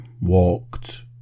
walked